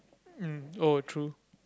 mm oh true